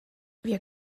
wir